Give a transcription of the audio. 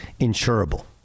insurable